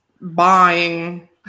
buying